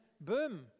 boom